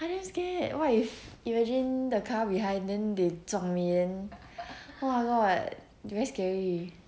I damm scared [what] if imagine the car behind then they 撞 me then !walao! very scary